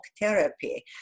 therapy